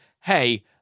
hey